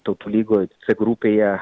tautų lygoj c grupėje